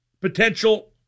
potential